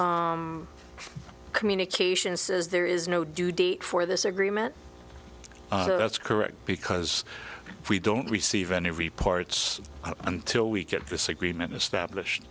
communication says there is no due date for this agreement that's correct because we don't receive any reports until we get this agreement established